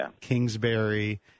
Kingsbury